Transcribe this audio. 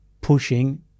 pushing